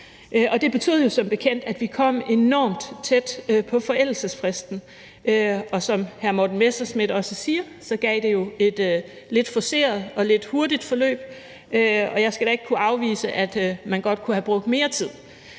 Det betød jo som bekendt, at vi kom enormt tæt på forældelsesfristen, og som hr. Morten Messerschmidt også siger, gav det jo et lidt forceret og et lidt hurtigt forløb. Jeg skal da ikke kunne afvise, at man godt kunne have brugt mere tid.